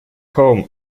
home